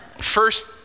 First